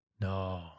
No